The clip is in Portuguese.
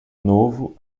novo